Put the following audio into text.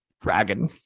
Dragon